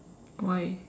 why